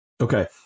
Okay